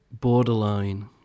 borderline